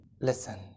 listen